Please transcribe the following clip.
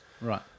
Right